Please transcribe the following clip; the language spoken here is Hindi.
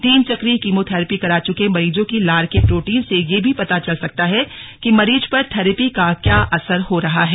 तीन चक्रीय कीमोथैरेपी करा चुके मरीजों की लार के प्रोटीन से यह भी पता चल सकता है कि मरीज पर थैरेपी का क्या असर हो रहा है